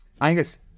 Angus